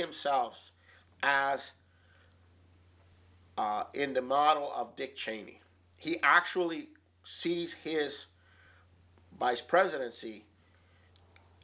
himself as in the model of dick cheney he actually sees his buys presidency